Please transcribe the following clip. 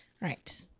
right